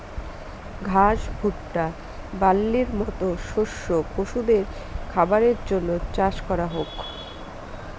ঘাস, ভুট্টা, বার্লির মতো শস্য পশুদের খাবারের জন্য চাষ করা হোক